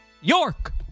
York